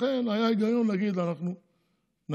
ולכן היה היגיון להגיד: אנחנו נמשיך,